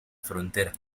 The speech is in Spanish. frontera